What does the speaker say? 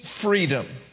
freedom